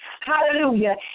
Hallelujah